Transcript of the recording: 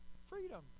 freedom